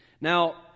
Now